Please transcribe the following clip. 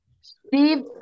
Steve